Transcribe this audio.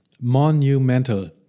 Monumental